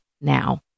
now